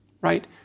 right